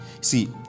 See